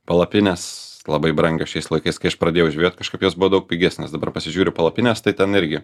palapinės labai brangios šiais laikais kai aš pradėjau žvejot kažkaip jos buvo daug pigesnės dabar pasižiūriu palapines tai ten irgi